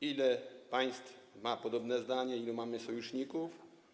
Ile państw ma podobne zdanie, ilu mamy sojuszników?